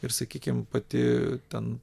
ir sakykim pati ten